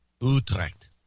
Utrecht